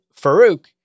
Farouk